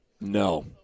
No